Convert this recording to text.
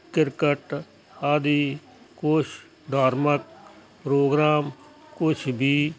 cricket ਆਦਿ ਕੁਛ ਦਾਰਮਿਕ ਪ੍ਰੋਗਰਾਮ ਕੁਛ ਵੀ